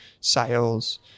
sales